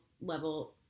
level